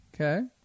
Okay